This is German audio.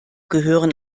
gehören